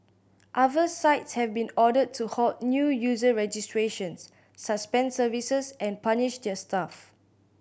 other sites have been ordered to halt new user registrations suspend services and punish their staff